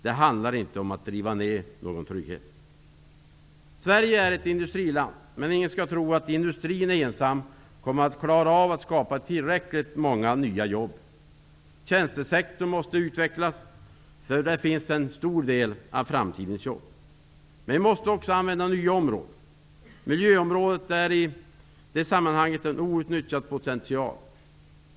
Det handlar inte om att riva ner någon trygghet. Sverige är ett industriland, men ingen skall tro att industrin ensam kommer att klara av att skapa tillräckligt många nya jobb. Tjänstesektorn måste utvecklas. Där finns en stor del av framtidens jobb. Men vi måste också använda nya områden. Miljöområdet är en outnyttjad potential i det sammanhanget.